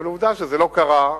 עובדה שזה לא קרה,